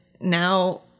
now